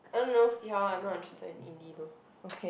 I dont know see how I'm not interested in though okay